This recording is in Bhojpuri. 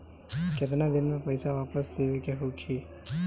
केतना दिन में पैसा वापस देवे के होखी?